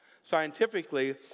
scientifically